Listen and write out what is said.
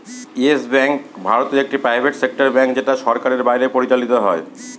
yes bank ভারতে একটি private sector bank যেটা সরকারের বাইরে পরিচালত হয়